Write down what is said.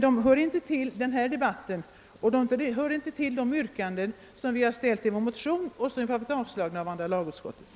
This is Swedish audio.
De hör inte samman med denna debatt eller med de yrkanden som vi ställt i våra motioner och som avstyrkts av andra lagutskottet.